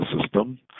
system